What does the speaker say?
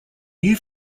new